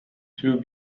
two